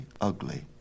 ugly